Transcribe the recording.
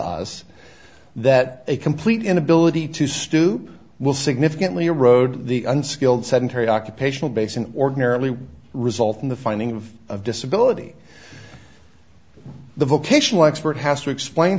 us that a complete inability to stoop will significantly erode the unskilled sedentary occupational base and ordinarily would result in the finding of disability the vocational expert has to explain